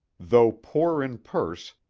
though poor in purse,